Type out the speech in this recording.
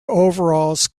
overalls